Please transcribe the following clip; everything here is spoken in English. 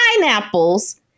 pineapples